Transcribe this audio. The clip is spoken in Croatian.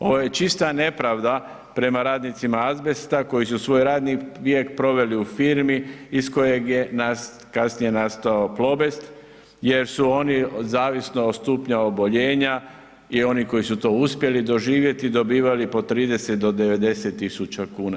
Ovo je čista nepravda prema radnicima Azbesta koji su svoj radni vijek proveli u firmi iz kojeg je kasnije nastao Plobest, jer su oni zavisno od stupnja oboljenja i oni koji su to uspjeli doživjeti dobivali po 30 do 90.000 kuna.